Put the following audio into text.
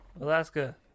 Alaska